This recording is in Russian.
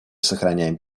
сохраняем